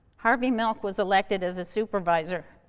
harvey milk was elected as a supervisor,